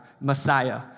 Messiah